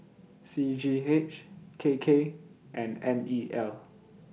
C G H K K and N E L